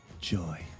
Joy